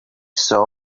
saw